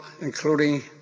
including